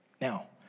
Now